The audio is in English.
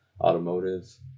automotive